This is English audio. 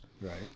right